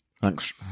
Thanks